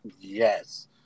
yes